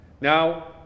Now